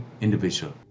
individual